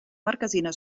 marquesina